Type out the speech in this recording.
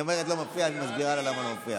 לא,